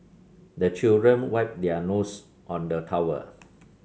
the children wipe their nose on the towel